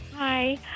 Hi